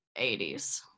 80s